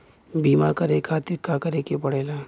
बीमा करे खातिर का करे के पड़ेला?